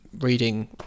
reading